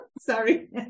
sorry